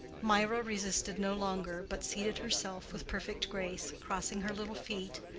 mirah resisted no longer, but seated herself with perfect grace, crossing her little feet,